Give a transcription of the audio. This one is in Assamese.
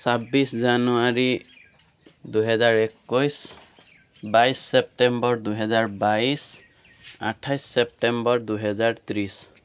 ছাবিছ জানুৱাৰী দুহেজাৰ একৈছ বাইছ চেপ্তেম্বৰ দুহেজাৰ বাইছ আঠাইছ চেপ্তেম্বৰ দুহেজাৰ ত্ৰিছ